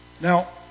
Now